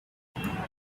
photographs